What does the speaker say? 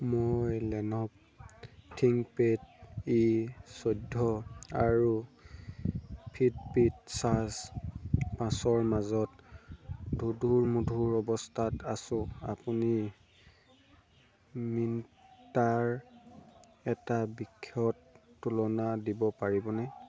মই Lenovo ThinkPad E চৈধ্য আৰু ফিটবিট চাৰ্জ পাঁচৰ মাজত দোধোৰ মোধোৰ অৱস্থাত আছোঁ আপুনি মিন্ত্ৰাৰ এটা বিশদ তুলনা দিব পাৰিবনে